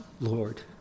Lord